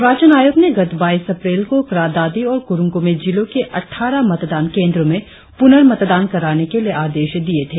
निर्वाचन आयोग ने गत बाईस अप्रैल को क्रा दादी और कुरुंग कुमे जिलों के अट्ठारह मतदान केंद्रों में पुनर्मतदान कराने के लिए आदेश दिये थे